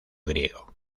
griego